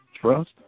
trust